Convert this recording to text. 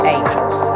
Angels